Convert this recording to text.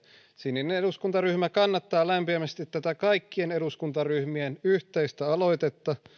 sininen eduskuntaryhmä kannattaa lämpimästi tätä kaikkien eduskuntaryhmien yhteistä aloitetta